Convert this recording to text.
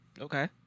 Okay